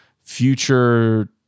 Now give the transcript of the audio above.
future